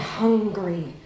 hungry